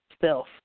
self